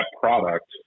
product